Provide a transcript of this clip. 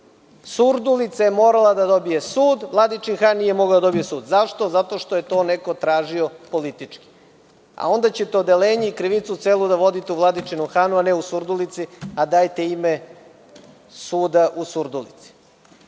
Surdulica je morala da dobije sud, a Vladičin Han nije mogao da dobije sud. Zašto? Zato što je to neko tražio politički, a onda ćete krivicu da vodite u Vladičinom Hanu, a ne u Surdulici, a dajete ime suda u Surdulici.